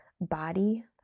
body